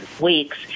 weeks